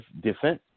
defense